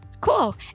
Cool